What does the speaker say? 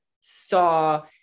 saw